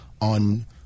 on